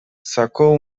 saco